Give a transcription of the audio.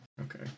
Okay